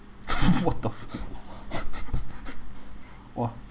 what the !wah!